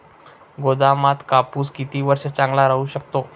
गोदामात कापूस किती वर्ष चांगला राहू शकतो?